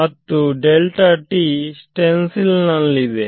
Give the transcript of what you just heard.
ಮತ್ತು ಸ್ಟೆನ್ಸಿಲ್ ನಲ್ಲಿದೆ